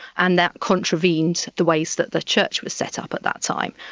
and that contravened the ways that the church was set up at that time.